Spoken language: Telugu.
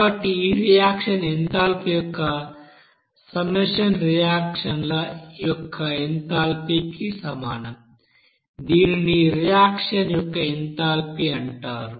కాబట్టి ఈ రియాక్షన్ ఎంథాల్పీ యొక్క సమ్మషన్ రియాక్షన్ ల యొక్క ఎంథాల్పీకి సమానం దీనిని రియాక్షన్ యొక్క ఎంథాల్పీ అంటారు